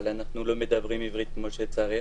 אבל אנחנו לא מדברים עברית כמו שצריך.